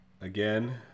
again